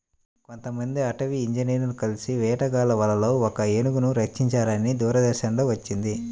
కొంతమంది అటవీ ఇంజినీర్లు కలిసి వేటగాళ్ళ వలలో ఒక ఏనుగును రక్షించారని దూరదర్శన్ లో వచ్చింది